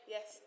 Yes